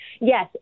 Yes